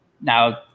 Now